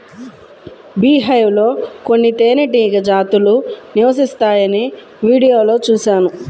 beehive లో కొన్ని తేనెటీగ జాతులు నివసిస్తాయని వీడియోలో చూశాను